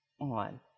on